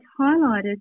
highlighted